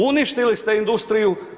Uništili ste industriju.